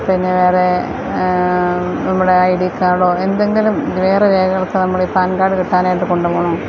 പിന്നെ വേറെ നമ്മുടെ ഐ ഡി കാഡോ എന്തെങ്കിലും വേറെ രേഖകളൊക്കെ നമ്മൾ ഈ പാൻ കാർഡ് കിട്ടാനായിട്ട് കൊണ്ടുപോകണോ